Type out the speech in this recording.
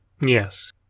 Yes